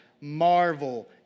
Marvel